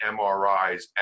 MRIs